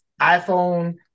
iPhone